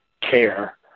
care